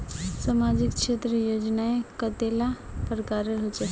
सामाजिक क्षेत्र योजनाएँ कतेला प्रकारेर होचे?